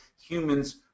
humans